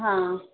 हां